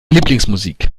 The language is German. lieblingsmusik